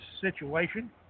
situation